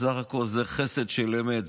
בסך הכול זה חסד של אמת,